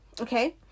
Okay